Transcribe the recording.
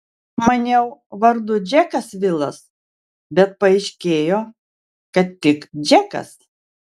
maniau vardu džekas vilas bet paaiškėjo kad tik džekas